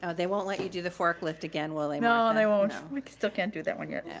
ah they won't let you do the forklift again, will they? no and they won't. like still can't do that one yet.